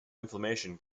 inflammation